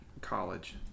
college